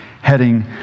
heading